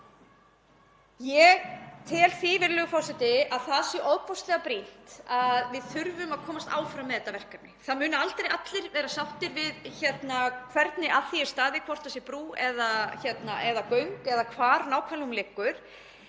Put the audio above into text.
forseti, að það sé ofboðslega brýnt að við komumst áfram með þetta verkefni. Það munu aldrei allir verða sáttir við hvernig að því er staðið, hvort það sé brú eða göng eða hvar nákvæmlega